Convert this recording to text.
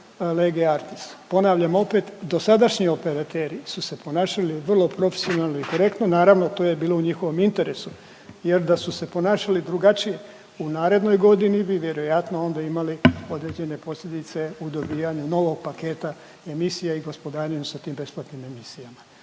lege artis. Ponavljam opet, dosadašnji operateri su se ponašali vrlo profesionalno i korektno, naravno to je bilo u njihovom interesu jer da su se ponašali drugačije u narednoj godini bi vjerojatno onda imali određene posljedice u dobijanju novog paketa emisija i gospodarenju sa tim besplatnim emisijama.